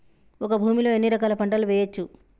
ఒక భూమి లో ఎన్ని రకాల పంటలు వేయచ్చు?